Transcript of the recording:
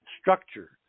structure